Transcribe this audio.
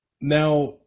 Now